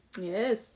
Yes